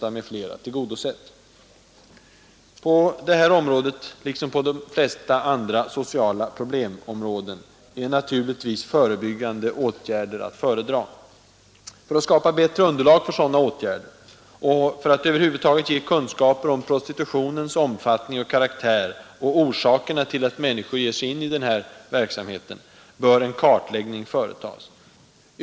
På detta område, liksom på de flesta andra sociala problemområden, är givetvis förebyggande åtgärder att föredra. För att skapa bättre underlag för sådana åtgärder, och över huvud taget ge kunskaper om prostitutionens omfattning och karaktär samt orsakerna till att människor ger sig in i verksamheten, bör en kartläggning företas.